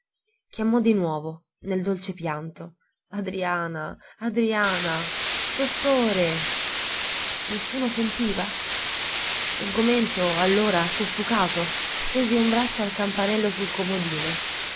chiamò di nuovo nel dolce pianto adriana adriana dottore nessuno sentiva sgomento allora soffocato stese un braccio al campanello sul comodino